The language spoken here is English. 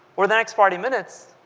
for the next forty minutes,